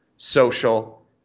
social